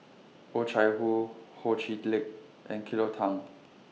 Oh Chai Hoo Ho Chee Lick and Cleo Thang